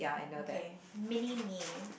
okay mini me